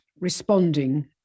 responding